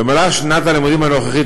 במהלך שנת הלימודים הנוכחית,